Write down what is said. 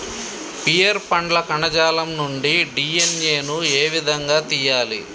Pear పండ్ల కణజాలం నుండి డి.ఎన్.ఎ ను ఏ విధంగా తియ్యాలి?